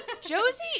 Josie